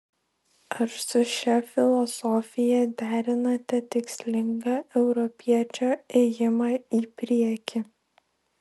ar su šia filosofija derinate tikslingą europiečio ėjimą į priekį